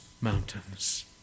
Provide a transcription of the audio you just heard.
mountains